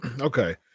okay